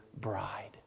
bride